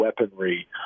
weaponry